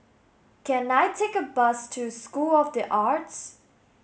can I take a bus to School of The Arts